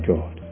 God